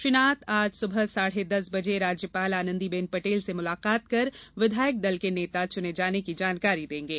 श्री नाथ आज सुबह साढ़े दस बजे राज्यपाल आनंदी बेन पटेल से मुलाकात कर विधायक दल के नेता चुने जाने की जानकारी देंगे